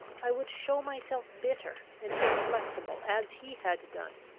i would show myself bitter and inflexible as he had done.